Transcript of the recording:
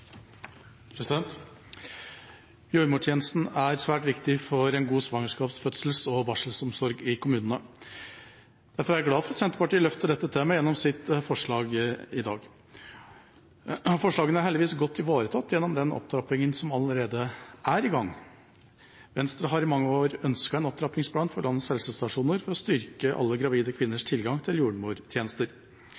det. Jordmortjenesten er svært viktig for en god svangerskaps-, fødsels- og barselomsorg i kommunene. Derfor er jeg glad for at Senterpartiet løfter dette temaet gjennom sitt forslag i dag. Forslagene er heldigvis godt ivaretatt gjennom den opptrappinga som allerede er i gang. Venstre har i mange år ønsket en opptrappingsplan for landets helsestasjoner for å styrke alle gravide kvinners tilgang til jordmortjenester.